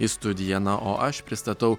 į studiją na o aš pristatau